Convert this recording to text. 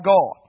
God